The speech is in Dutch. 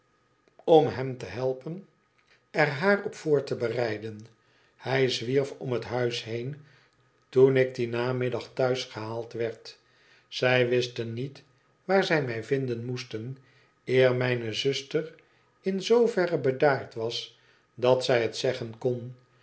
om hem te helpen er haar op voor te bereiden hij zwierf om het huis heen toen ik dien namiddag thuis gehaald werd zij wisten niet waar zij mij vinden moesten eer mijne zuster in zooverre bedaard was dat zij het zegden kon